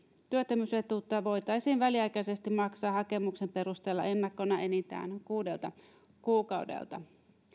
työttömyysetuutta voitaisiin väliaikaisesti maksaa hakemuksen perusteella ennakkona enintään kuudelta kuukaudelta